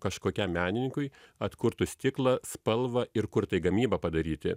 kažkokiam menininkui atkurtų stiklo spalvą ir kur tai gamybą padaryti